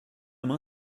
main